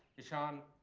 ishaan.